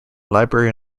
library